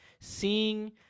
seeing